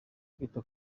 kwita